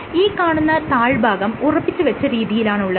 ഈ കാണുന്ന താഴ്ഭാഗം ഉറപ്പിച്ച് വെച്ച രീതിയിലാണുള്ളത്